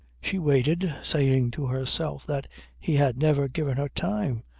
she waited, saying to herself that he had never given her time,